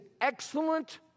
excellent